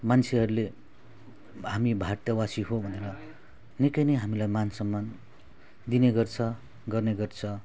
मान्छेहरूले हामी भारतवासी हो भनेर निकै नै हामीलाई मान सम्मान दिने गर्छ गर्ने गर्छ